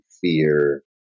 fear